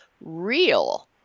real